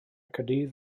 caerdydd